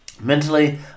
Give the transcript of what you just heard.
Mentally